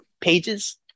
pages